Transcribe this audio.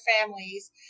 families